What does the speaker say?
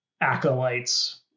Acolytes